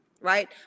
right